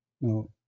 No